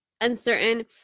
uncertain